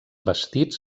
bastits